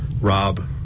Rob